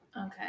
Okay